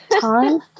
time